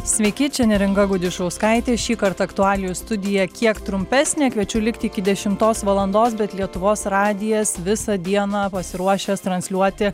sveiki čia neringa gudišauskaitė šįkart aktualijų studija kiek trumpesnė kviečiu likti iki dešimtos valandos bet lietuvos radijas visą dieną pasiruošęs transliuoti